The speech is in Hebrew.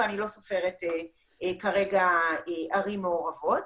ואני לא סופרת כרגע ערים מעורבות.